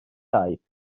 sahip